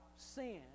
Sin